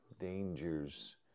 dangers